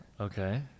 Okay